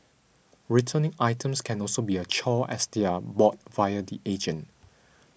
returning items can also be a chore as they are bought via the agent